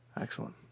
Excellent